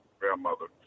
grandmother